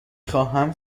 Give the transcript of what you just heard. خواهم